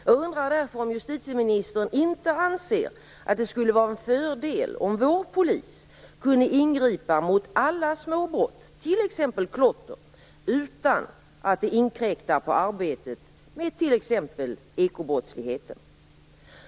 Jag undrar därför om justitieministern inte anser att det skulle vara en fördel om vår polis kunde ingripa mot alla småbrott, t.ex. klotter, utan att det inkräktar på arbetet med t.ex. ekobrottsligheten.